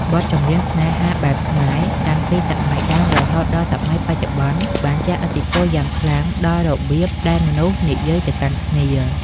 បទចម្រៀងស្នេហាបែបខ្មែរ តាំងពីសម័យដើមរហូតដល់សម័យបច្ចុប្បន្ន បានជះឥទ្ធិពលយ៉ាងខ្លាំងដល់របៀបដែលមនុស្សនិយាយទៅកាន់គ្នា។